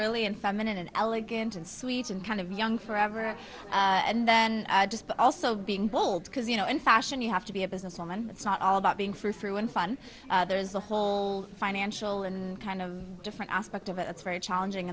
girly and feminine and elegant and sweet and kind of young forever and then just but also being bold because you know in fashion you have to be a businesswoman it's not all about being for through unfun there's a whole financial and kind of different aspect of it it's very challenging